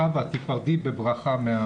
חוה, תיפרדי מהחוק.